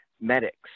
medics